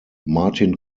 martin